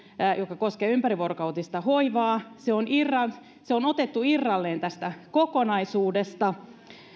joka koskee ympärivuorokautista hoivaa on valmis käsittelyyn se on otettu irralleen tästä kokonaisuudesta